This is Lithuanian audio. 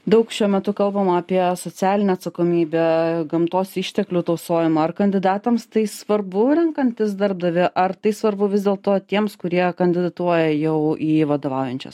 daug šiuo metu kalbama apie socialinę atsakomybę gamtos išteklių tausojimą ar kandidatams tai svarbu renkantis darbdavį ar tai svarbu vis dėlto tiems kurie kandidatuoja jau į vadovaujančias